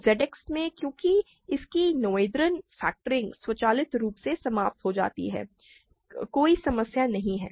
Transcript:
ZX में क्योंकि इसकी नोथेरियन फैक्टरिंग स्वचालित रूप से समाप्त हो जाती है कोई समस्या नहीं है